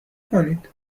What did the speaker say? کنید